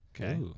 Okay